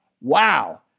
Wow